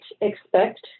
expect